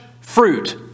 fruit